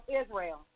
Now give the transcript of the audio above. Israel